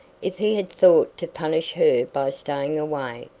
if he had thought to punish her by staying away,